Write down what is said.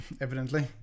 Evidently